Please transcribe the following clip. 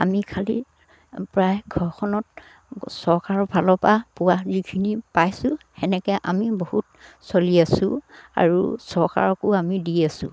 আমি খালী প্ৰায় ঘৰখনত চৰকাৰৰ ফালৰপৰা পোৱা যিখিনি পাইছোঁ সেনেকে আমি বহুত চলি আছোঁ আৰু চৰকাৰকো আমি দি আছোঁ